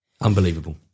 Unbelievable